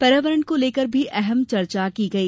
पर्यावरण को लेकर भी अहम चर्चा की गई